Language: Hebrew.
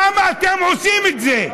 למה אתם עושים את זה?